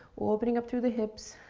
opening up through the hips.